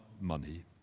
money